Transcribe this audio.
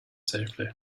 safely